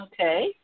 Okay